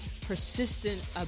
persistent